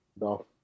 No